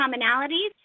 commonalities